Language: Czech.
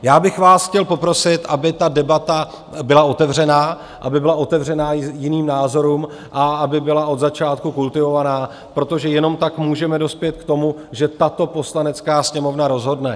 Já bych vás chtěl poprosit, aby ta debata byla otevřená, aby byla otevřená jiným názorům a aby byla od začátku kultivovaná, protože jenom tak můžeme dospět k tomu, že tato Poslanecká sněmovna rozhodne.